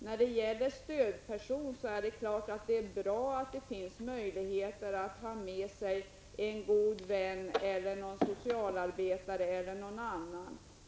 När det gäller stödpersoner så är det bra att det finns möjligheter att ta med sig en god vän, en socialarbetare eller någon annan.